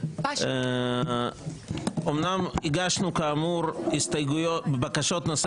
אמנם הגשנו בקשות לנושא